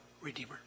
Redeemer